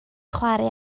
chwarae